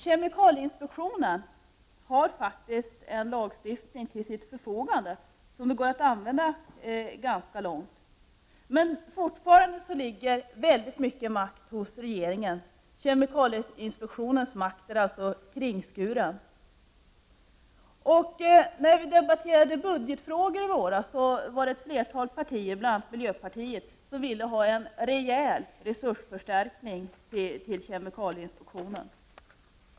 Kemikalieinspektionen har faktiskt en lagstiftning till sitt förfogande, som det går att använda ganska långt. Men fortfarande ligger väldigt mycket makt hos regeringen. Kemikalieinspektionens makt är alltså kringskuren. När vi debatterade budgetfrågor i våras ville ett flertal partier, bl.a. miljöpartiet, ha en rejäl resursförstärkning till kemikalieinspektionen.